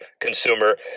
consumer